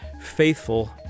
faithful